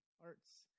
arts